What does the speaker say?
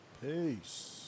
Peace